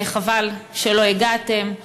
וחבל שלא הגעתם,